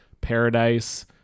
Paradise